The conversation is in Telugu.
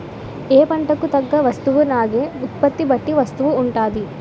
ఏ పంటకు తగ్గ వస్తువునాగే ఉత్పత్తి బట్టి వస్తువు ఉంటాది